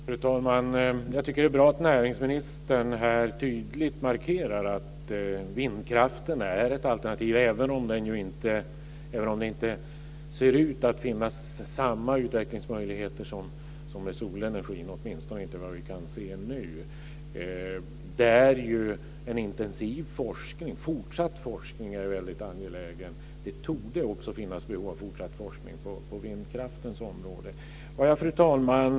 Fru talman! Jag tycker att det är bra att näringsministern här tydligt markerar att vindkraften är ett alternativ, även om det inte ser ut att finnas samma utvecklingsmöjligheter för denna som för solenergin, åtminstone inte vad vi kan se nu. Det pågår ju en intensiv forskning. En fortsatt forskning är väldigt angelägen. Det torde också finnas behov av fortsatt forskning på vindkraftens område. Fru talman!